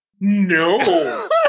No